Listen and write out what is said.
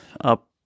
up